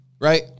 right